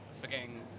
forgetting